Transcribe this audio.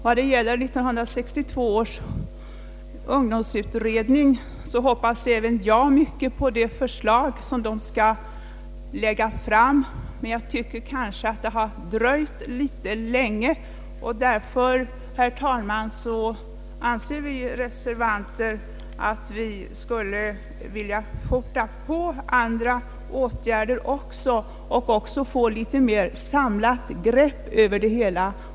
Vad gäller 1962 års ungdomsutredning hoppas även jag mycket på det förslag som den skall lägga fram, men jag tycker att det har dröjt litet länge. Vi reservanter anser därför, herr talman, att vi bör föreslå andra åtgärder för att påskynda och få ett mer samlat grepp över det hela.